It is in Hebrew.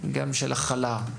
גם של הכלה,